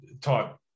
taught